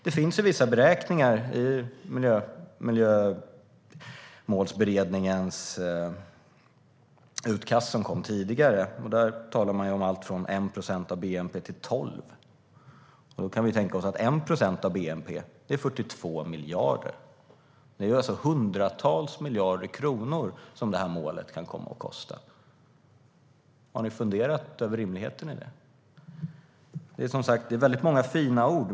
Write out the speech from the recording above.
Det finns vissa beräkningar i Miljömålsberedningens utkast, som kom tidigare. Man talar om allt från 1 procent av bnp till 12 procent. 1 procent av bnp är 42 miljarder. Det här målet kan alltså komma att kosta hundratals miljarder kronor. Har ni funderat över rimligheten i det, Johan Hultberg? Det är som sagt många fina ord.